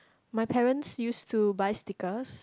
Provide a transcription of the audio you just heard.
my parents used to buy stickers